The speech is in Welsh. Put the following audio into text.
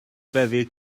byddi